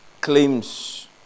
claims